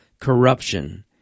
corruption